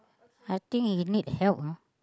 I think he need help ah